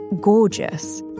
gorgeous